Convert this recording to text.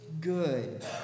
good